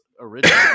original